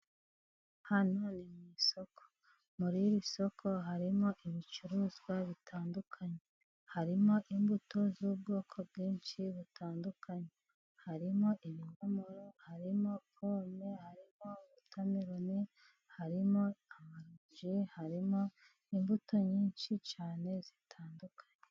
Hano mu isoko . Muri iri soko harimo ibicuruzwa bitandukanye: harimo imbuto z'ubwoko bwinshi butandukanye ,harimo ibinyomoro ,harimo pome hari wotameloni, harimo amaronji , harimo imbuto nyinshi cyane zitandukanye.